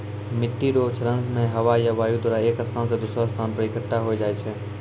मिट्टी रो क्षरण मे हवा या वायु द्वारा एक स्थान से दोसरो स्थान पर इकट्ठा होय जाय छै